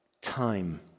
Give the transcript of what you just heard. Time